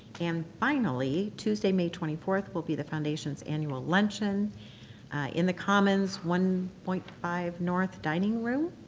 and, finally, tuesday, may twenty fourth, will be the foundation's annual luncheon in the commons, one point five north dining room.